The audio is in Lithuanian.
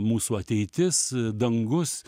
mūsų ateitis dangus